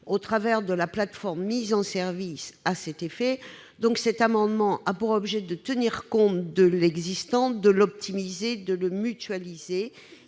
au moyen de la plateforme mise en service à cet effet. Cet amendement a pour objet de tenir compte de l'existant, de l'optimiser et de le mutualiser,